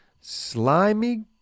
Slimy